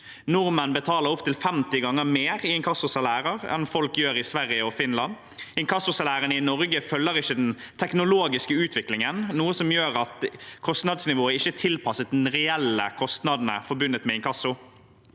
Nordmenn betaler opptil 50 ganger mer i inkassosalærer enn folk gjør i Sverige og Finland. Inkassosalærene i Norge følger ikke den teknologiske utviklingen, noe som gjør at kostnadsnivået ikke er tilpasset de reelle kostnadene forbundet med inkasso.